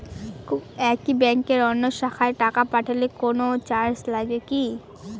একই ব্যাংকের অন্য শাখায় টাকা পাঠালে কোন চার্জ লাগে কি?